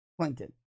Clinton